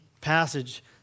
passage